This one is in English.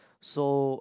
so